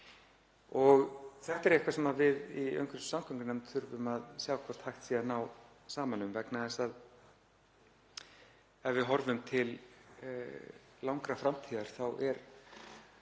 Þetta er eitthvað sem við í umhverfis- og samgöngunefnd þurfum að sjá hvort hægt sé að ná saman um vegna þess að ef við horfum til langrar framtíðar þá eru